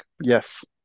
Yes